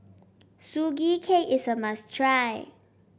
Sugee Cake is a must try